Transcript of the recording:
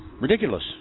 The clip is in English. ridiculous